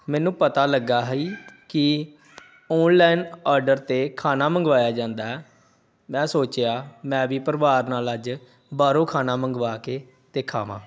ਮੈਨੂੰ ਪਤਾ ਲੱਗਿਆ ਸੀ ਕਿ ਔਨਲਾਈਨ ਆਰਡਰ 'ਤੇ ਖਾਣਾ ਮੰਗਵਾਇਆ ਜਾਂਦਾ ਮੈਂ ਸੋਚਿਆਂ ਮੈਂ ਵੀ ਪਰਿਵਾਰ ਨਾਲ ਅੱਜ ਬਾਹਰੋਂ ਖਾਣਾ ਮੰਗਵਾ ਕੇ ਅਤੇ ਖਾਵਾਂ